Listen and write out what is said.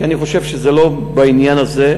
כי אני חושב שזה לא בעניין הזה.